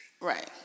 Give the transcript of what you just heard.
Right